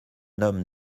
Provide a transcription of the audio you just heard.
homme